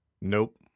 Nope